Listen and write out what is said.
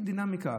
דינמיקה.